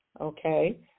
okay